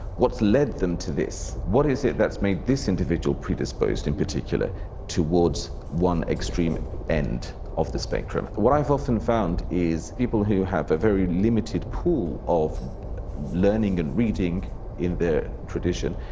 what's led them to this? what is it that's made this individual predisposed in particular towards one extreme end of the spectrum? what i've often found is people who have a very limited pool of learning and reading in their tradition,